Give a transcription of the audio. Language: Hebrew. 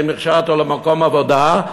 האם הכשרת אותו למקום עבודה?